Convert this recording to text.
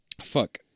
Fuck